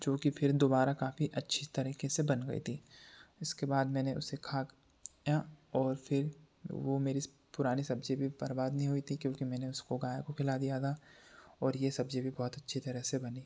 चूँकि फिर दुबारा काफ़ी अच्छी तरीके से बन गई थी इसके बाद मैंने उसे खा या और फिर वो मेरी पुरानी सब्ज़ी भी बर्बाद नहीं हुई थी क्योंकि मैंने उसको गाय को खिला दिया था और यह सब्ज़ी भी बहुत अच्छी तरह से बनी